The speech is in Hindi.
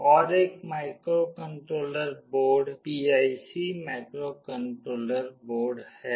एक और microcontroller board PIC microcontroller board है